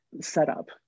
setup